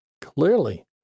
Clearly